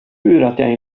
jag